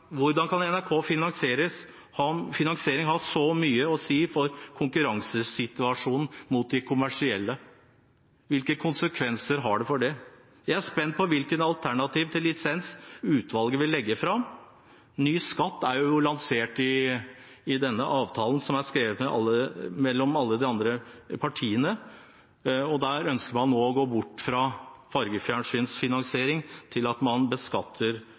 finansieres, har mye å si for konkurransesituasjonen mot de kommersielle. Hvilke konsekvenser har det? Jeg er spent på hvilke alternativer til lisens utvalget vil legge fram. Ny skatt er jo lansert i denne avtalen, som er inngått mellom alle de andre partiene. Der ønsker man nå å gå bort fra fargefjernsynsfinansiering til